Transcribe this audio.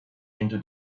into